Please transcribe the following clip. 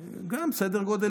גם, סדר גודל דומה.